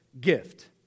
gift